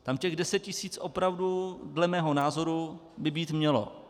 Tam těch 10 tisíc opravdu, dle mého názoru, by být mělo.